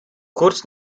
kurz